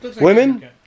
Women